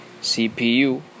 CPU